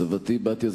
סבתי בתיה,